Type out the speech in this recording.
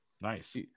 Nice